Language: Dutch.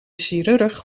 chirurg